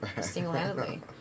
single-handedly